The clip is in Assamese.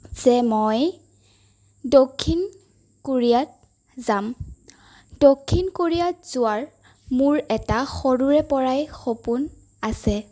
যে মই দক্ষিণ কোৰিয়াত যাম দক্ষিণ কোৰিয়াত যোৱাৰ মোৰ এটা সৰুৰে পৰাই সপোন আছে